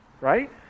right